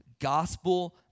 Gospel